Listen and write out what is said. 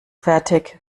fertig